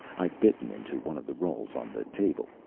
i'd bitten into one of the rolls on the table.